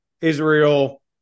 Israel